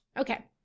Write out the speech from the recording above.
Okay